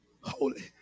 Holy